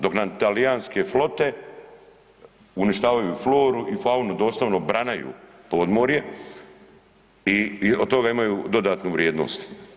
Dok nam talijanske flote uništavaju floru i faunu, doslovno branaju podmorje i od toga imaju dodatnu vrijednost.